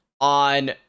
on